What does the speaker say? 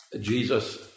Jesus